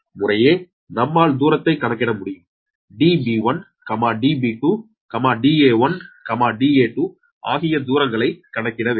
முறையே நம்மால் தூரத்தை கணக்கிட முடியும் Db1 Db2 Da1 Da2 ஆகிய தூரங்களை கணக்கிட வேண்டும்